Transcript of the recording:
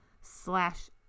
slash